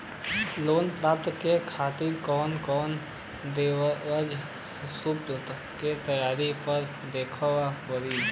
Loan प्राप्ति के खातिर कौन कौन दस्तावेज सबूत के तौर पर देखावे परी?